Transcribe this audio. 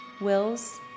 wills